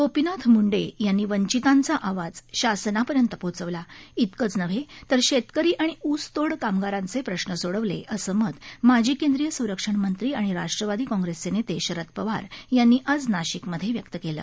गोपीनाथ मुंडे यांनी वाचिंतांचा आवाज शासनापर्यंत पोहोचवला इतकेच नव्हे तर शेतकरी आणि ऊस तोड कामगारांचे प्रश्न सोडवले असं मत माजी केंद्रीय संरक्षण मंत्री आणि राष्ट्रवादी काँग्रेसचे नेते शरद पवार यांनी आज नाशिक मध्ये व्यक्त केलं